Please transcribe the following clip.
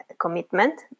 commitment